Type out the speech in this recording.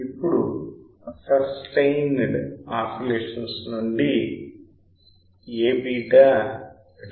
ఇప్పుడు sustained oscillations నుండి A𝛃 1 కంటే ఎక్కువగా ఉండాలి